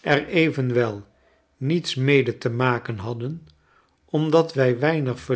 er evenwel niets mede te maken hadden omdat wij weinig